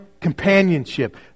companionship